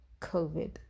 COVID